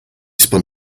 spun